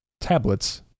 tablets